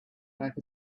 work